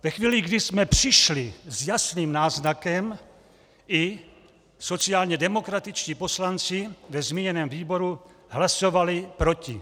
Ve chvíli, kdy jsme přišli s jasným náznakem, i sociálně demokratičtí poslanci ve zmíněném výboru hlasovali proti.